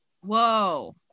Whoa